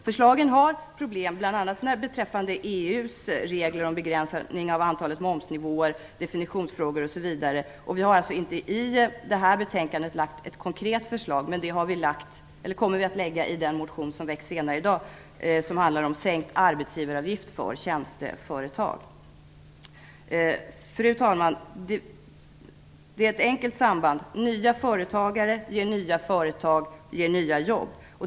Förslagen innebär problem, bl.a. beträffande EU:s regler om begränsning av antalet momsnivåer och definitionsfrågor. Vi har alltså inte i detta betänkande lagt fram ett konkret förslag, men det kommer vi att göra i den motion som väcks senare i dag och som handlar om sänkt arbetsgivaravgift för tjänsteföretag. Fru talman! Det är ett enkelt samband. Nya företagare ger nya företag som ger nya jobb.